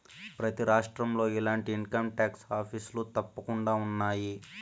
ప్రతి రాష్ట్రంలో ఇలాంటి ఇన్కంటాక్స్ ఆఫీసులు తప్పకుండా ఉన్నాయి